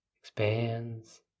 expands